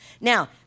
Now